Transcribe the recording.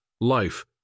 life